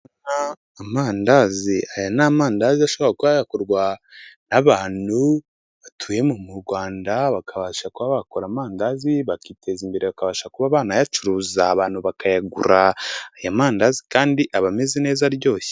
Amandazi aya ni amandazi a ashobora ku yakorwa n'abantu batuye mu Rwanda bakabasha kubakura amandazi bakiteza imbere, bakabasha kuba banayacuruza abantu bakayagura, aya mandazi kandi aba ameze neza kandi aryoshye.